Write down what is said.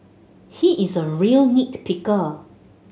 he is a real nit picker